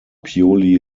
purely